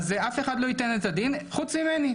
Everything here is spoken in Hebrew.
אז אף אחד לא ייתן את הדין חוץ ממני,